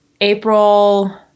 April